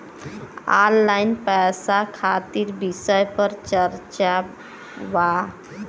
Online पैसा खातिर विषय पर चर्चा वा?